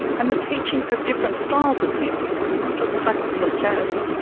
and the teaching of different styles of music not just classical and jazz.